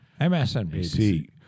MSNBC